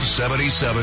77